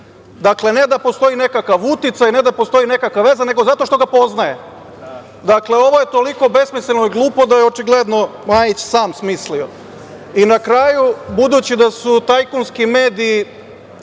Dakle, ne da postoji nekakav uticaj, ne da postoji nekakva veza, već zato što ga poznaje. Ovo je toliko besmisleno i glupo da je očigledno Majić sam smislio. Na kraju, budući da su tajkunski mediji